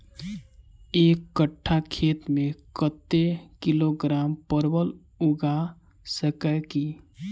एक कट्ठा खेत मे कत्ते किलोग्राम परवल उगा सकय की??